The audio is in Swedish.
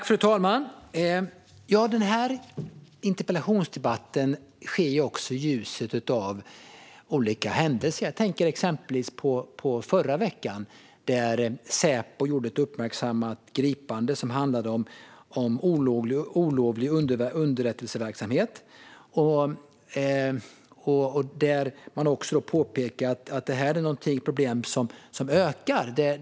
Fru talman! Denna interpellationsdebatt sker även i ljuset av olika händelser. Jag tänker exempelvis på det som skedde förra veckan. Säpo gjorde då ett uppmärksammat gripande som handlade om olovlig underrättelseverksamhet. Det påpekades att detta är ett problem som ökar.